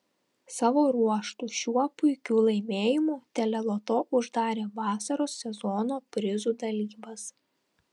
savo ruožtu šiuo puikiu laimėjimu teleloto uždarė vasaros sezono prizų dalybas